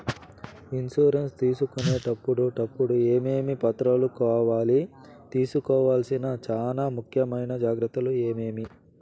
Insurance తీసుకునేటప్పుడు టప్పుడు ఏమేమి పత్రాలు కావాలి? తీసుకోవాల్సిన చానా ముఖ్యమైన జాగ్రత్తలు ఏమేమి?